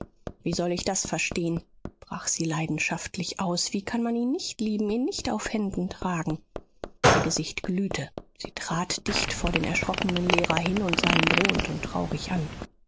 wie soll ich das verstehen brach sie leidenschaftlich aus wie kann man ihn nicht lieben ihn nicht auf händen tragen ihr gesicht glühte sie trat dicht vor den erschrockenen lehrer hin und sah ihn drohend und traurig an